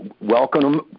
welcome